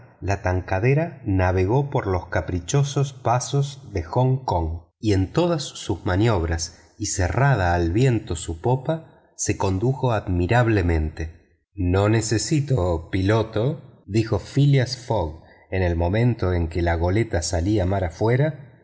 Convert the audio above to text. la tankadera navegó por los caprichosos pasos de hong kong y en todas sus maniobras y cerrada al viento su popa se condujo admirablemente no necesito piloto dijo phileas fogg en el momento en que la goleta salía mar afuera